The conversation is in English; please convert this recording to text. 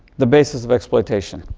the basis of exploitation,